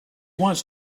wants